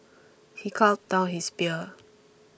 he gulped down his beer